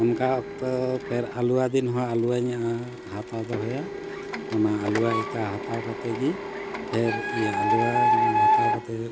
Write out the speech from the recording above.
ᱚᱱᱠᱟ ᱚᱠᱛᱚ ᱯᱷᱮᱨ ᱟᱞᱩ ᱫᱤᱱ ᱦᱚᱸ ᱟᱞᱩᱧ ᱦᱟᱛᱟᱣ ᱫᱚᱦᱚᱭᱟ ᱚᱱᱟ ᱟᱞᱩ ᱡᱚᱛᱚ ᱦᱟᱛᱟᱣ ᱠᱟᱛᱮᱫ ᱜᱮ ᱯᱷᱮᱨ ᱤᱭᱟᱹ ᱟᱞᱩ ᱦᱟᱛᱟᱣ ᱠᱟᱛᱮᱫ